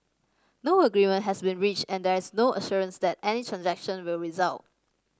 no agreement has been reached and there is no assurance that any transaction will result